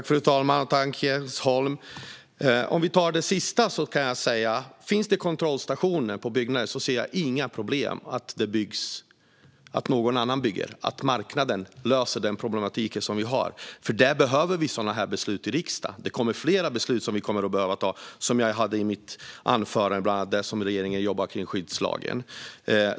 Fru talman! Jag börjar med det sistnämnda. Finns det kontrollstationer på byggnader ser jag inga problem med att någon annan bygger och att marknaden löser den problematik som vi har. För det behöver vi sådana här beslut i riksdagen. Det kommer fler beslut som vi kommer att behöva fatta, som jag nämnde i mitt huvudanförande, bland annat det som regeringen jobbar med gällande skyddslagen.